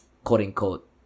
quote-unquote